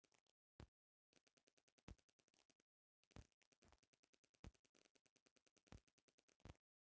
सहकारी बैंक खुदरा अउरी वाणिज्यिक बैंकिंग के सुविधा प्रदान करे वाला बैंक हवे